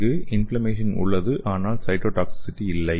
இங்கு இன்ஃப்லமேசன் உள்ளது ஆனால் சைட்டோடாக்ஸிசிட்டி இல்லை